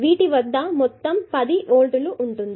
వీటి వద్ద మొత్తం 10 వోల్ట్లు ఉంటుంది